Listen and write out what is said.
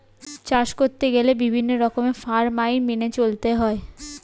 চাষ করতে গেলে বিভিন্ন রকমের ফার্ম আইন মেনে চলতে হয়